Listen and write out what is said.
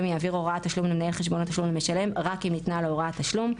יעביר הוראת תשלום למנהל חשבון התשלום למשלם רק אם ניתנה לו הוראת תשלום.